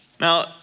Now